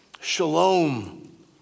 shalom